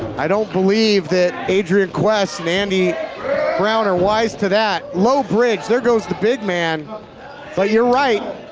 i don't believe that adrian quest and andy brown are wise to that. low bridge, there goes the big man but you're right!